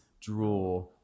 draw